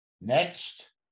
Next